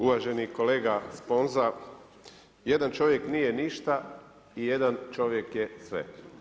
Uvaženi kolega Sponza, jedan čovjek nije ništa i jedan čovjek je sve.